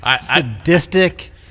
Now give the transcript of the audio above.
sadistic